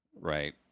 right